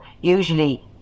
usually